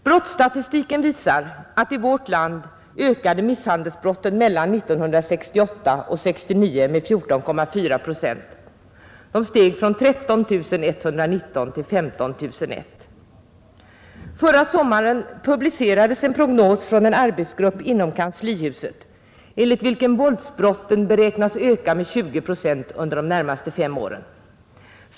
Brottstatistiken visar att i vårt land ökade misshandelsbrotten mellan 1968 och 1969 med 14,4 procent; de steg från 13 119 till 15 001. Förra sommaren publicerades en prognos från en arbetsgrupp inom kanslihuset, enligt vilken våldsbrotten beräknas öka med 20 procent under de närmaste fem åren.